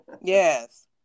Yes